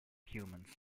humans